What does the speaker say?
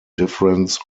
difference